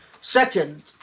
Second